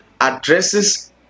addresses